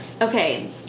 Okay